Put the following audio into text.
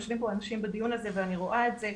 יושבים פה אנשים בדיון הזה ואני רואה את זה.